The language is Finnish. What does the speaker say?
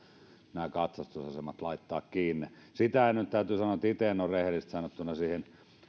nämä katsastusasemat laittamaan kiinni täytyy sanoa että itse en ole rehellisesti sanottuna siihen